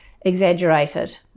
exaggerated